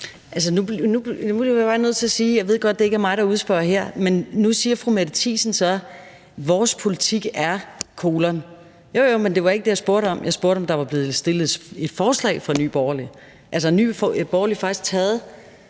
noget. Jeg ved godt, at det ikke er mig, der udspørger her, men nu siger fru Mette Thiesen så, hvad Nye Borgerliges politik er. Jo, men det var ikke det, jeg spurgte om. Jeg spurgte, om der var blevet fremsat et forslag fra Nye Borgerlige, altså om Nye Borgerlige faktisk havde